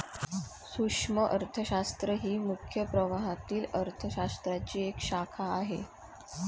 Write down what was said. सूक्ष्म अर्थशास्त्र ही मुख्य प्रवाहातील अर्थ शास्त्राची एक शाखा आहे